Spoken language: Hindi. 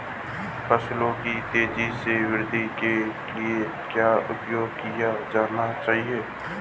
फसलों की तेज़ी से वृद्धि के लिए क्या उपाय किए जाने चाहिए?